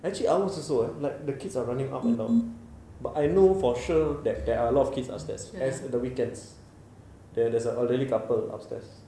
actually ours also [what] like the kids are running up and down but I know for sure that there are a lot of kids upstairs as the weekends there there's an elderly couple upstairs